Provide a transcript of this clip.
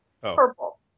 purple